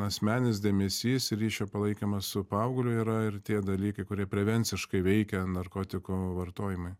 asmeninis dėmesys ryšio palaikymas su paaugliu yra ir tie dalykai kurie prevenciškai veikia narkotiko vartojimai